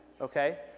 okay